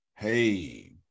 Hey